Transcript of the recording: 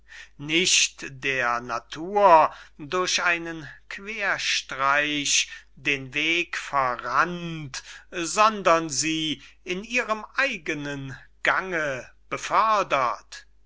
nicht der natur durch einen queerstreich den weg verrannt sondern sie in ihrem eigenen gange befördert